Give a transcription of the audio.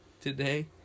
today